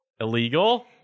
Illegal